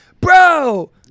Bro